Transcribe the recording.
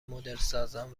مدلسازان